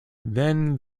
then